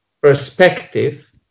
perspective